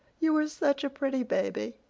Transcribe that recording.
you were such a pretty baby.